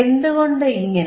എന്തുകൊണ്ട് ഇങ്ങനെ